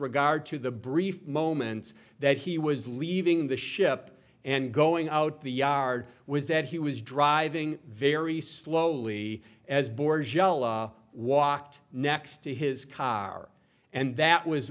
regard to the brief moments that he was leaving the ship and going out the yard was that he was driving very slowly as borzello walked next to his car and that was